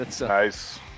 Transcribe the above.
Nice